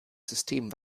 system